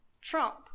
trump